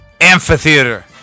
Amphitheater